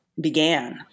began